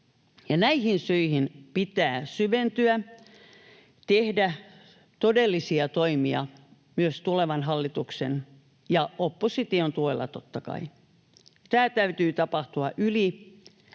näihin syihin pitää syventyä ja tehdä todellisia toimia myös tulevan hallituksen — ja opposition — tuella, totta kai. Tämän täytyy tapahtua